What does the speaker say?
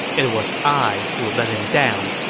it was i who let him down,